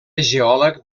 geòleg